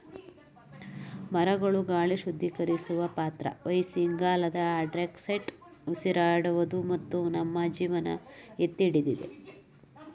ಮರಗಳು ಗಾಳಿ ಶುದ್ಧೀಕರಿಸುವ ಪಾತ್ರ ವಹಿಸಿ ಇಂಗಾಲದ ಡೈಆಕ್ಸೈಡ್ ಉಸಿರಾಡುವುದು ಮತ್ತು ನಮ್ಮ ಜೀವನ ಎತ್ತಿಹಿಡಿದಿದೆ